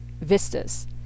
vistas